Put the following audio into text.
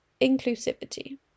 inclusivity